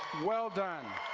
well done.